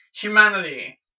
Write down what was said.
Humanity